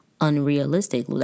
unrealistic